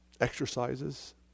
exercises